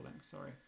sorry